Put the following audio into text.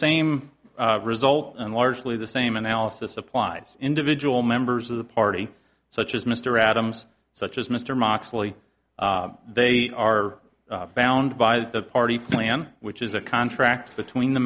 same result and largely the same analysis applies individual members of the party such as mr adams such as mr moxley they are bound by the party plan which is a contract between the